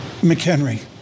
McHenry